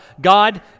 God